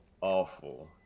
awful